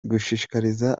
gushishikariza